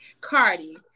Cardi